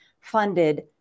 funded